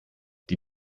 die